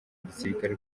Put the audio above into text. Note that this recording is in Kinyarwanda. gisirikare